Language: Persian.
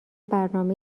برنامه